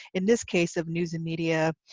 in this case of news and media,